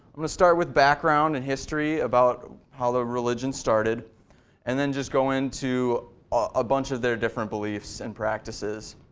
and to start with background and history of how the religion started and then just go into a bunch of their different beliefs and practices.